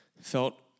felt